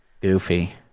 goofy